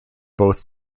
both